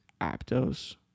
Aptos